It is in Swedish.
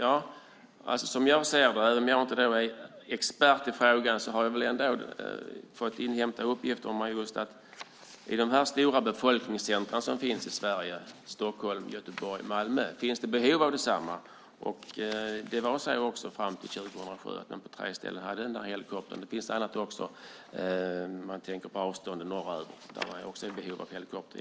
Ja, jag är inte någon expert på detta, men jag har inhämtat uppgifter om att det i landets stora befolkningscentrum - Stockholm, Göteborg och Malmö - finns ett behov av en helikopterverksamhet. Fram till år 2007 fanns det en helikopter på tre ställen. Det finns också annat att nämna med tanke på avstånden norröver där man givetvis också behöver en helikopter.